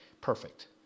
perfect